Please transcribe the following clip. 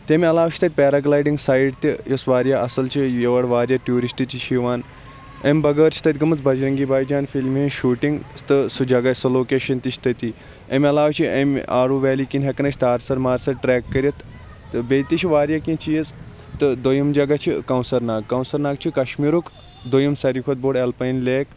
تمہِ عَلاو چھِ تَتہِ پیراگلایڈِنٛگ سایٹ تہِ یۄس واریاہ اصل چھِ یور واریاہ ٹیورسٹ تہِ چھِ یِوان امہِ بَغٲر چھِ تَتہِ گٔمٕژ بَجرَنٛگی بایی جان فِلمہِ ہٕنٛز شوٗٹِنٛگ تہٕ سُہ جَگہ سۄ لوکیشَن تہِ چھِ تتی امہِ عَلاو چھِ امہ آروٗ ویلی کِنۍ ہیٚکان أسۍ Tarsar Marsar trek کٔرِتھ تہٕ بیٚیہِ تہِ چھ واریاہ کینٛہہ چیٖز تہٕ دوٚیِم جگہ چھِ کونٛثَر ناگ کونٛثَر ناگ چھُ کَشمیٖرُک دوٚیِم ساروی کھۄتہٕ بوٚڑ ایٚلپاین لیک